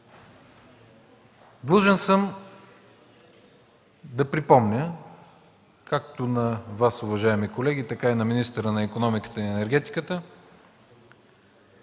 Длъжен съм да припомня както на Вас, уважаеми колеги, така и на министъра на икономиката и енергетиката,